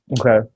Okay